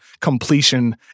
completion